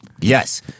Yes